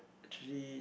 actually